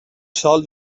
sòl